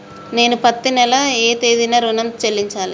నేను పత్తి నెల ఏ తేదీనా ఋణం చెల్లించాలి?